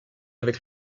avec